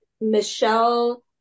Michelle